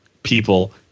People